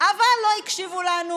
אבל לא הקשיבו לנו,